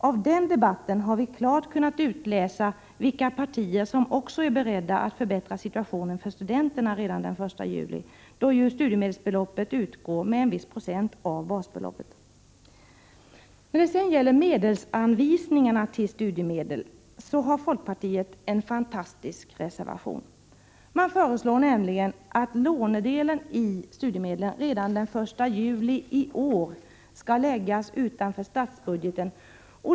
Av den debatten har vi ju klart kunna utläsa vilka partier som också är beredda att förbättra situationen för studenterna redan den 1 juli. Studiemedelsbeloppet utgår ju med en viss procent av basbeloppet. När det sedan gäller medelsanvisningen till studiemedel har folkpartiet en fantastisk reservation. Man föreslår nämligen att lånedelen i studiemedlen redan den 1 juli i år skall läggas utanför statsbudgeten.